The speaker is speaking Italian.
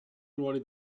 ruoli